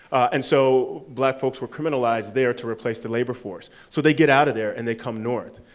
and so black folks were criminalized there to replace the labor force. so they'd get outta there and they'd come north.